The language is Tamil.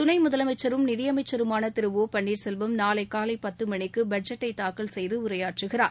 துணை முதலமைச்சரும் நிதி அமைச்சருமான திரு ஒ பன்னீர்செல்வம் நாளை காலை பத்து மணிக்கு பட்ஜெட்டை தாக்கல் செய்து உரையாற்றுகிறார்